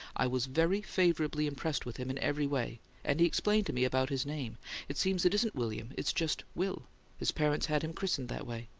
i was very favourably impressed with him in every way and he explained to me about his name it seems it isn't william, it's just will his parents had him christened that way.